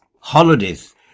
Holidays